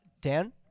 Dan